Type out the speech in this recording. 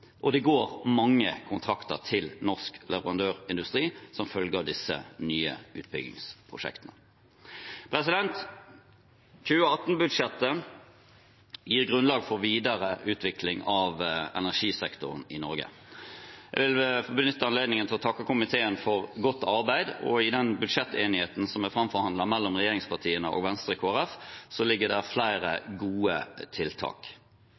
Det går mange kontrakter til norsk leverandørindustri som følge av disse nye utbyggingsprosjektene. 2018-budsjettet gir grunnlag for videre utvikling av energisektoren i Norge. Jeg vil få benytte anledningen til å takke komiteen for godt arbeid. I den budsjettenigheten som er framforhandlet mellom regjeringspartiene, Venstre og Kristelig Folkeparti, ligger det flere gode tiltak.